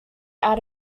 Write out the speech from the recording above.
out